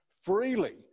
freely